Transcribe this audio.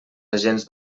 agents